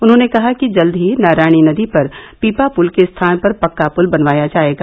उन्होंने कहा कि जल्द ही नारायणी नदी पर पीपा पुल के स्थान पर पक्का पुल बनवाया जायेगा